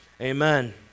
amen